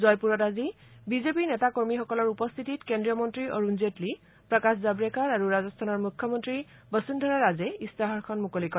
জয়পুৰত আজি বিজেপিৰ নেতা কৰ্মীসকলৰ উপস্থিতিত কেন্দ্ৰীয় মন্ত্ৰী অৰুণ জেটলী প্ৰকাশ জাভড়েকাৰ আৰু ৰাজস্থানৰ মুখ্যমন্ত্ৰী বসুন্ধৰা ৰাজেই ইস্তাহাৰখন মুকলি কৰে